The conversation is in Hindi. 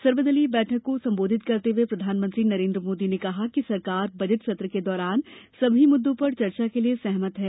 सर्वदलीय बैठक को संबोधित करते हुए प्रधानमंत्री नरेंद्र मोदी ने कहा है कि सरकार बजट सत्र के दौरान सभी मुद्दों पर चर्चा के लिए सहमत है